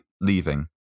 leaving